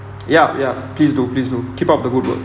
ya ya please do please do keep up the good work